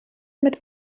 mit